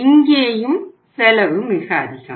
இங்கேயும் செலவு மிக அதிகம்